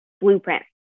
Blueprint